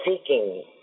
seeking